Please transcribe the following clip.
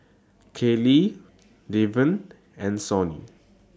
Keeley Deven and Sonny